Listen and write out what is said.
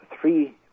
three